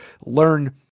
learn